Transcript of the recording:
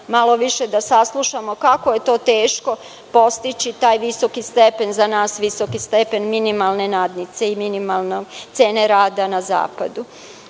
malo više da saslušamo kako je to teško postići taj visoki stepen, za nas visoki stepen, minimalne nadnice i minimalne cene rada na zapadu. Dakle,